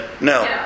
No